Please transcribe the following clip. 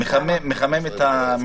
אה, עדיין הוא מחמם את המנועים.